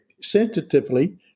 sensitively